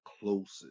closest